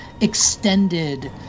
extended